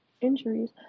injuries